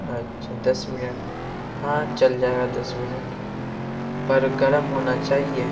اچھا دس منٹ ہاں چل جائے گا دس منٹ پر گرم ہونا چاہیے